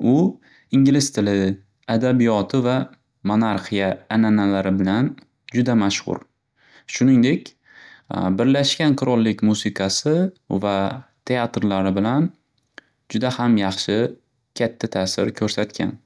U ingliz tili, adabiyoti va monorxiya ananalari bilan juda mashxur. Shuningdek, Birlashgan Qirollik musiqasi va teatrlari bilan juda ham yaxshi katta tasir ko'rsatgan.